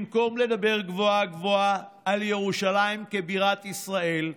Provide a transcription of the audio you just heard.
במקום לדבר גבוהה-גבוהה על ירושלים כבירת ישראל,